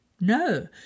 No